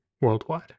worldwide